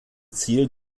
ziel